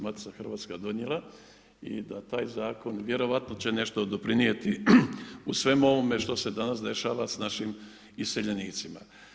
Matica hrvatska donijela i da taj zakon vjerojatno će nešto doprinijeti u svemu ovome što se danas dešava s našim iseljenicima.